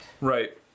right